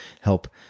help